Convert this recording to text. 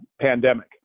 pandemic